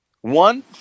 one